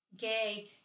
gay